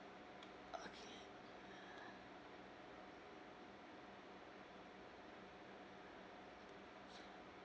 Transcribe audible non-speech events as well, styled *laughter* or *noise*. okay *breath*